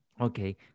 Okay